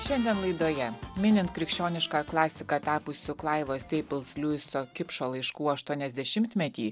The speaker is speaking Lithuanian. šiandien laidoje minint krikščioniška klasika tapusių klaivo steipul fliujiso kipšo laiškų aštuoniasdešimtmetį